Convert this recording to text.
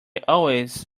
always